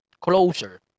closer